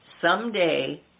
someday